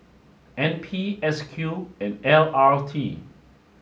N P S Q and L R T